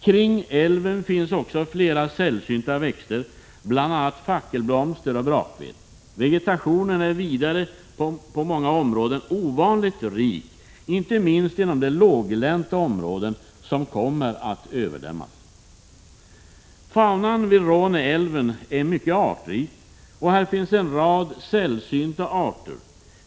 Kring älven finns också flera sällsynta växter, som fackelblomster och brakved. Vegetationen är vidare på många områden ovanligt rik inte minst inom de låglänta områden som kommer att överdämmas. Faunan vid Råne älv är mycket artrik. Här finns en rad sällsynta arter.